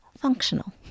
functional